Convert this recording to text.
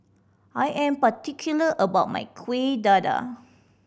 I am particular about my Kuih Dadar